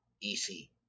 easy